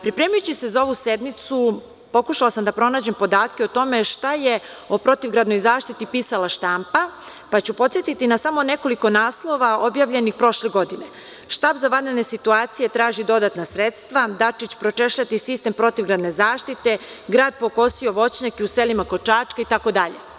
Pripremajući se za ovu sednicu pokušala sam da pronađem podatke o tome šta je o protivgradnoj zaštiti pisala štampa, pa ću podsetiti na samo nekoliko naslova objavljenih prošle godine, „štab za vanredne situacije traži dodatna sredstva“, „Dačić: pročešljati sistem protivgradne zaštite“, „grad pokosio voćnjake u selima kod Čačka“ itd.